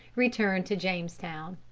returned to jamestown.